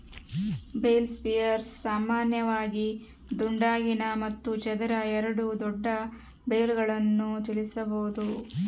bale spears ಸಾಮಾನ್ಯವಾಗಿ ದುಂಡಗಿನ ಮತ್ತು ಚದರ ಎರಡೂ ದೊಡ್ಡ ಬೇಲ್ಗಳನ್ನು ಚಲಿಸಬೋದು